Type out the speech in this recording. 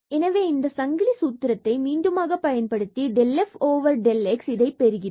எனவே இந்த சங்கிலி சூத்திரத்தை மீண்டுமாக நாம் பயன்படுத்தி del f del x இதை பெறுகிறோம்